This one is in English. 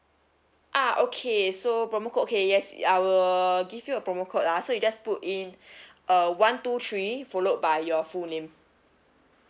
ah okay so promo code okay yes I will give you a promo code ah so you just put in uh one two three followed by your full name